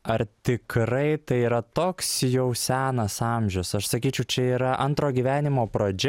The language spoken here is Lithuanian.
ar tikrai tai yra toks jau senas amžius aš sakyčiau čia yra antro gyvenimo pradžia